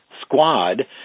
squad